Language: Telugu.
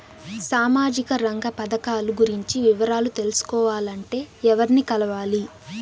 సామాజిక రంగ పథకాలు గురించి వివరాలు తెలుసుకోవాలంటే ఎవర్ని కలవాలి?